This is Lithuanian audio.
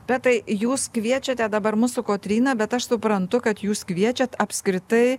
bet tai jūs kviečiate dabar mus su kotryna bet aš suprantu kad jūs kviečiat apskritai